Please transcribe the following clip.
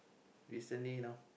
recently now